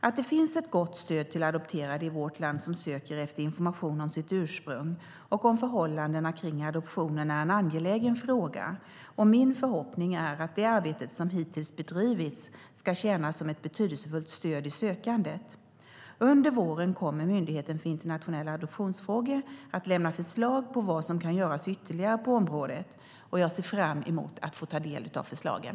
Att det finns ett gott stöd till adopterade i vårt land som söker efter information om sitt ursprung och om förhållandena kring adoptionen är en angelägen fråga. Min förhoppning är att det arbete som hittills bedrivits ska tjäna som ett betydelsefullt stöd i det sökandet. Under våren kommer Myndigheten för internationella adoptionsfrågor att lämna förslag på vad som kan göras ytterligare på området, och jag ser fram emot att ta del av de förslagen.